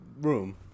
room